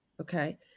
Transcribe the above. okay